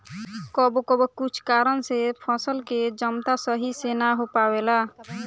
कबो कबो कुछ कारन से फसल के जमता सही से ना हो पावेला